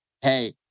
Hey